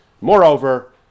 Moreover